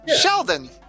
Sheldon